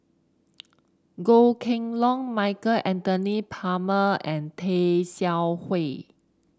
Goh Kheng Long Michael Anthony Palmer and Tay Seow Huah